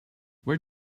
where